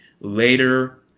later